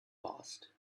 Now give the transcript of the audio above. passed